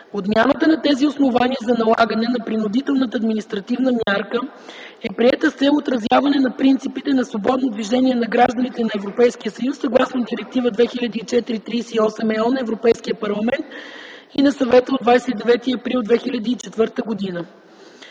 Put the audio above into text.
Отмяната на тези основания за налагане на принудителната административна мярка е приета с цел отразяване на принципите за свободно движение на гражданите на Европейския съюз съгласно Директива 2004/38/ЕО на Европейския парламент и на Съвета от 29 април 2004 г.